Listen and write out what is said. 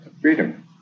freedom